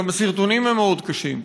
גם הסרטונים הם מאוד קשים.